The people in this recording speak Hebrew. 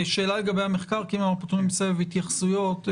שאלה לגבי המחקר כי אנחנו פותחים בסבב התייחסויות,